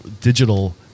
digital